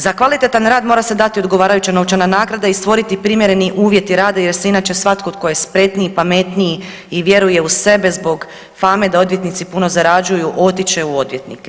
Za kvalitetan rad mora se dati odgovarajuća novčana nagrada i stvoriti primjereni uvjeti rada, jer će inače svatko tko je spretniji, pametniji i vjeruje u sebe zbog fame da odvjetnici puno zarađuju otići će u odvjetnike.